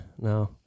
no